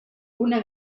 una